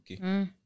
Okay